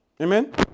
Amen